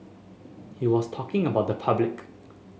he was talking about the public